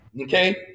Okay